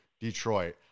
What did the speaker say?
Detroit